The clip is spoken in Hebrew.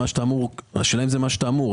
שאתה אמור לשלם כעת השאלה אם זה מה שאתה אמור.